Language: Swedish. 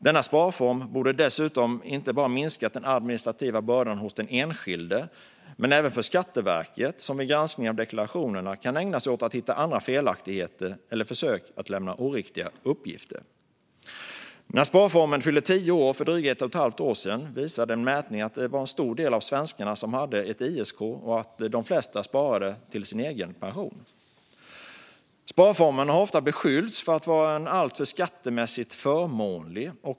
Denna sparform torde dessutom ha minskat den administrativa bördan inte bara för den enskilde utan även för Skatteverket, som vid granskning av deklarationerna kan ägna sig åt att hitta andra felaktigheter eller försök att lämna oriktiga uppgifter. När sparformen fyllde tio år, för drygt ett och ett halvt år sedan, visade en mätning att det var en stor del av svenskarna som hade ett ISK och att de flesta sparade till sin egen pension. Sparformen har ofta beskyllts för att vara alltför skattemässigt förmånlig.